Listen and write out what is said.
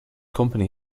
company